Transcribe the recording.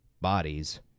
bodies